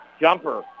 Jumper